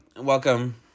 Welcome